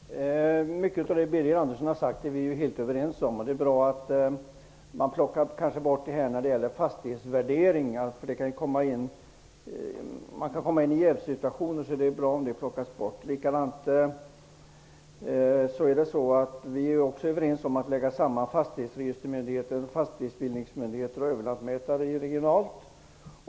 Herr talman! Mycket av det Birger Andersson har sagt är vi överens om. Det är bra att fastighetsvärderingen plockas bort, för man kan hamna i en jävssituation. Vi är också överens om att lägga samman fastighetsregistermyndigheter, fastighetsbildningsmyndigheter och lantmäterimyndigheter regionalt.